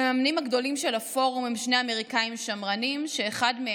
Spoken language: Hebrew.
המממנים הגדולים של הפורום הם שני אמריקאים שמרניים שאחד מהם,